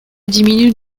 diminuent